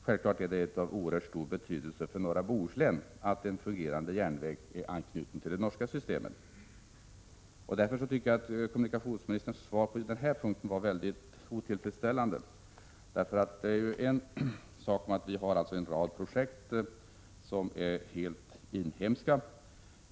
Självfallet är det av oerhört stor betydelse för norra Bohuslän att en fungerande järnväg är anknuten till det norska systemet. Därför tycker jag att kommunikationsministerns svar på just den här punkten var mycket otillfredsställande. En sak är att vi har en rad projekt som är helt inhemska.